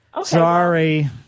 sorry